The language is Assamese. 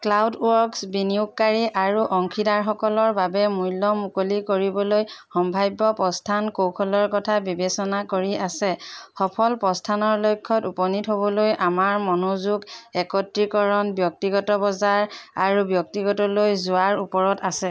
ক্লাউডৱৰ্কছ বিনিয়োগকাৰী আৰু অংশীদাৰসকলৰ বাবে মূল্য মুকলি কৰিবলৈ সম্ভাৱ্য প্ৰস্থান কৌশলৰ কথা বিবেচনা কৰি আছে সফল প্ৰস্থানৰ লক্ষ্যত উপনীত হ 'বলৈ আমাৰ মনোযোগ একত্ৰীকৰণ ব্যক্তিগত বজাৰ আৰু ব্যক্তিগতলৈ যোৱাৰ ওপৰত আছে